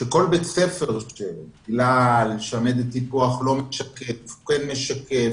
שכל בית ספר בגלל שמדד הטיפוח לא משקף או כן משקף,